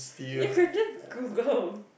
you could just Google